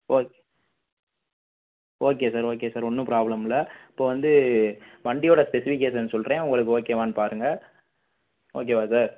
okay okay sir okay sir ஒன்றும் problem இல்லை இப்போ வந்து வண்டியோடய ஸ்பெசிஃபிகேஷன் சொல்கிறேன் உங்களுக்கு ஓகேவான்னு பாருங்கள் ஓகேவா சார்